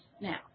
Now